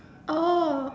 oh